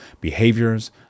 behaviors